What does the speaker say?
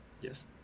Yes